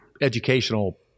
educational